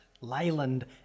Leyland